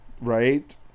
Right